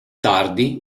tardi